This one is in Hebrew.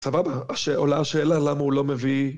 סבבה, עכשיו עולה השאלה למה הוא לא מביא...